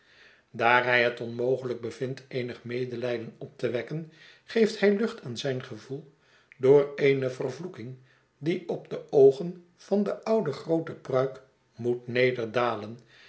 daar hij het onmogelijk bevindt eenig medelijden op te wekken geeft hij lucht aan zijn gevoel door eene vervloeking die op de oogen van de oude groot e pruik moet